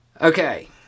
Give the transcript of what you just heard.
Okay